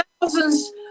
thousands